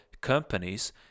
companies